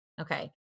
Okay